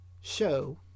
show